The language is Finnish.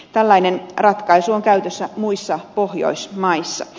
tällainen ratkaisu on käytössä muissa pohjoismaissa